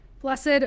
Blessed